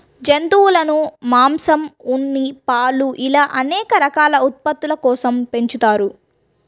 జంతువులను మాంసం, ఉన్ని, పాలు ఇలా అనేక రకాల ఉత్పత్తుల కోసం పెంచుతారు